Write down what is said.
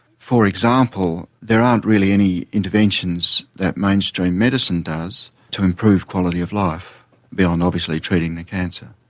for example there aren't really any interventions that mainstream medicine does to improve quality of life beyond obviously treating the cancer.